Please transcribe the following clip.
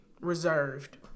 Reserved